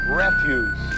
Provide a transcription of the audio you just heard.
refuse